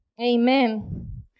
Amen